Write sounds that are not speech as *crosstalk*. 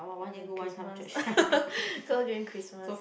um Christmas *laughs* go during Christmas